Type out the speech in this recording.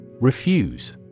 Refuse